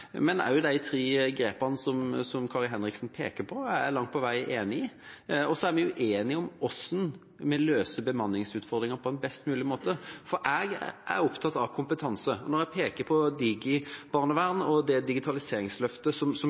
Men også de tre grepene som Kari Henriksen peker på, er jeg langt på vei enig i. Så er vi uenige om hvordan vi løser bemanningsutfordringer på en best mulig måte. Jeg er opptatt av kompetanse. Når jeg peker på DigiBarnevern og det digitaliseringsløftet som